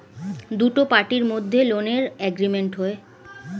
দুটো পার্টির মধ্যে লোনের এগ্রিমেন্ট হয়